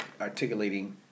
articulating